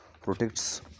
protects